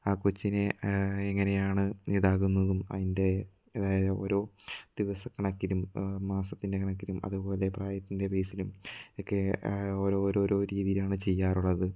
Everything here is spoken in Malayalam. ആ കൊച്ചിനെ എങ്ങനെയാണ് ഇതാകുന്നതും അതിന്റേതായ ഓരോ ദിവസ കണക്കിലും മാസത്തിന്റെ കണക്കിലും അതുപോലെ പ്രായത്തിന്റെ ബേസിലും ഒക്കെ ഓരോരോരോ രീതിയിലാണ് ചെയ്യാറുള്ളത്